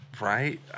right